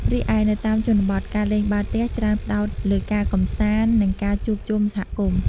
រីឯនៅតាមជនបទ ការលេងបាល់ទះច្រើនផ្ដោតលើការកម្សាន្ត និងការជួបជុំសហគមន៍។